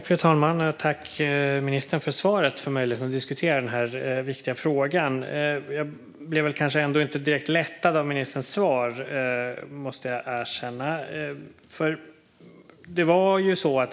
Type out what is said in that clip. Fru talman! Jag tackar ministern för svaret och för möjligheten att få diskutera denna viktiga fråga. Jag måste erkänna att jag inte blev direkt lättad av ministerns svar.